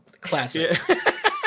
classic